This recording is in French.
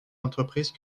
entreprises